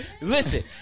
Listen